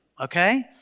okay